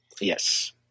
Yes